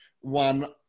one